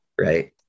Right